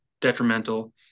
detrimental